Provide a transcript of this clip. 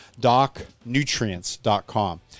docnutrients.com